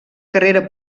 carrera